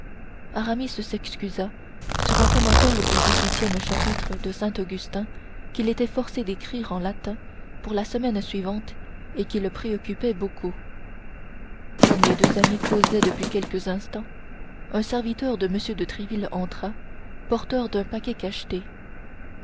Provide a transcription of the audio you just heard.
aramis s'excusa sur un commentaire du dix-huitième chapitre de saint augustin qu'il était forcé d'écrire en latin pour la semaine suivante et qui le préoccupait beaucoup comme les deux amis causaient depuis quelques instants un serviteur de m de tréville entra porteur d'un paquet cacheté